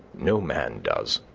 no man does.